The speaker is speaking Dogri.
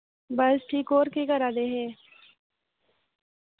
बस ठीक और केह् करा दे हे